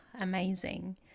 amazing